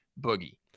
Boogie